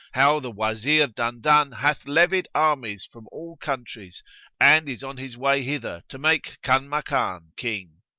how the wazir dandan hath levied armies from all countries and is on his way hither to make kanmakan king.